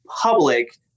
public